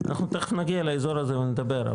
אנחנו תיכף נגיע לאזור הזה ונדבר.